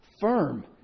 firm